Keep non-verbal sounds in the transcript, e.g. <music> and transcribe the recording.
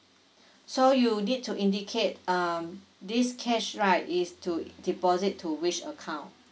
<breath> so you need to indicate um this cash right is to deposit to which account